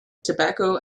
tobacco